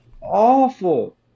awful